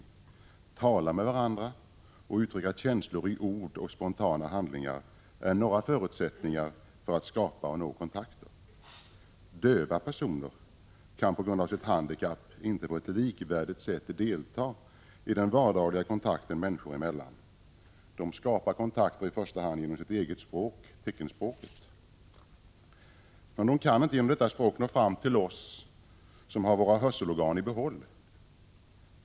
Att tala med varandra och uttrycka känslor i ord och spontana handlingar är några förutsättningar för att skapa och nå kontakter. Döva personer kan på grund av sitt handikapp inte på ett likvärdigt sätt delta i den vardagliga kontakten människor emellan. De skapar kontakter i första hand genom sitt eget språk, teckenspråket. Men de kan inte genom detta språk nå fram till oss som har våra hörselorgan i behåll.